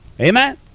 Amen